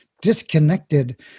disconnected